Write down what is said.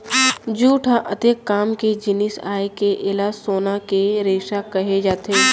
jute ह अतेक काम के जिनिस आय के एला सोना के रेसा कहे जाथे